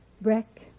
Breck